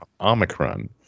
Omicron